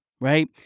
Right